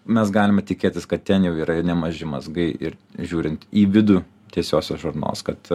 mes galime tikėtis kad ten jau yra nemaži mazgai ir žiūrint į vidų tiesiosios žarnos kad